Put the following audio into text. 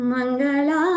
Mangala